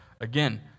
Again